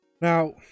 Now